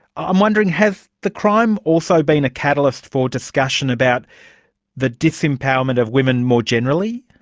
i'm wondering, has the crime also been a catalyst for discussion about the disempowerment of women more generally?